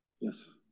Yes